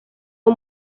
uwo